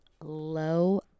low